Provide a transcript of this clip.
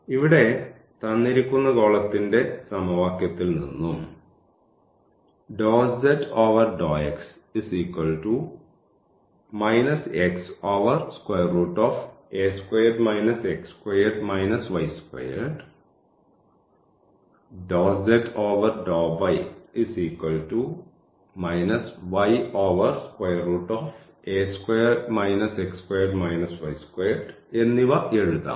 ഇവിടെ തന്നിരിക്കുന്ന ഗോളത്തിൻറെ സമവാക്യത്തിൽ നിന്നും എന്നിവ എഴുതാം